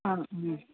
ആണോ ഉം